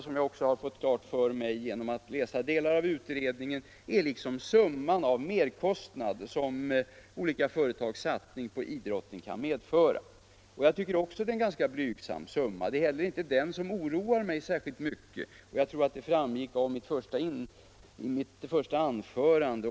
Jag har också fått klart för mig, genom att läsa delar av utredningen, att det är summan av de merkostnader som olika företags satsning på idrotten kan medföra, och jag tycker också att det är en ganska blygsam summa. Det är inte heller den som oroar mig särskilt mycket — jag trodde detta framgick av mitt första anförande.